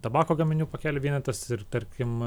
tabako gaminių pakelių vienetas ir tarkim